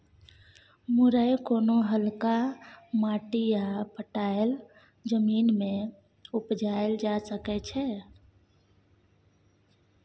मुरय कोनो हल्का माटि आ पटाएल जमीन मे उपजाएल जा सकै छै